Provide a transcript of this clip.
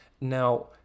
Now